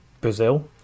Brazil